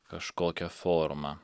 kažkokią formą